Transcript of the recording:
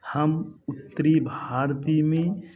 हम उत्तरी भारतीय में